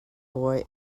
boy